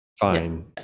fine